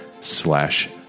slash